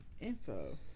Info